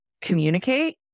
communicate